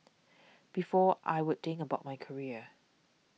before I would think about my career